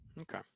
Okay